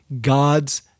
God's